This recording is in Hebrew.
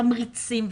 תמריצים,